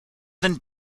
than